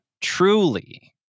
Truly